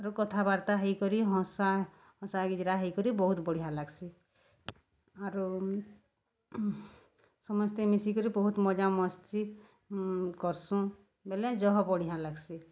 ଆରୁ କଥାବାର୍ତ୍ତା ହେଇକରି ହସା ହସା ଗିଜ୍ରା ହେଇକରି ବହୁତ୍ ବଢ଼ିଆ ଲାଗ୍ସି ଆରୁ ସମସ୍ତେ ମିଶିକରି ବହୁତ୍ ମଜା ମସ୍ତି କର୍ସୁଁ ବେଲେ ଯହ ବଢ଼ିଆଁ ଲାଗ୍ସି